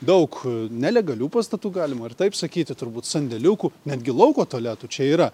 daug nelegalių pastatų galima ir taip sakyti turbūt sandėliukų netgi lauko tualetų čia yra